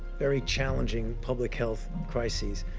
very challenging public-health crises.